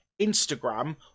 Instagram